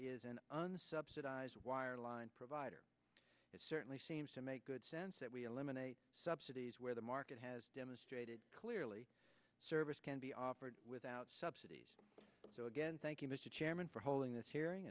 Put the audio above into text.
un subsidized wireline provider it certainly seems to make good sense that we eliminate subsidies where the market has demonstrated clearly service can be operated without subsidies so again thank you mr chairman for holding this hearing